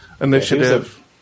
initiative